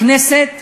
הכנסת והממשלה,